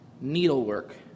needlework